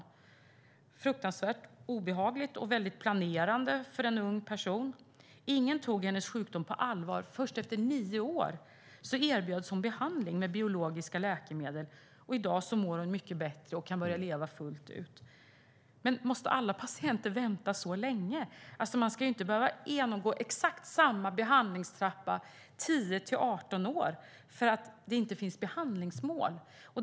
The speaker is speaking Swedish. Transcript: Det var fruktansvärt obehagligt och väldigt planerande för en ung person. Ingen tog hennes sjukdom på allvar. Först efter nio år erbjöds hon behandling med biologiska läkemedel. I dag mår hon mycket bättre och kan börja leva fullt ut. Måste alla patienter vänta så länge? De ska inte behöva genomgå exakt samma behandlingstrappa 10-18 år för att det inte finns behandlingsmål.